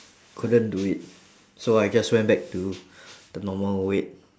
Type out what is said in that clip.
couldn't do it so I just went back to the normal weight